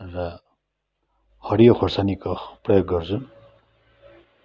र हरियो खेर्सानीको प्रयोग गर्छु